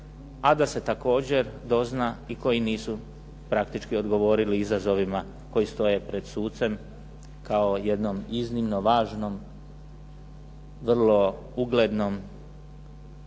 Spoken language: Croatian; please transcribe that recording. a da se također dozna i koji nisu praktički odgovorili izazovima koji stoje pred sucem kao jednom iznimno važnom, vrlo uglednom,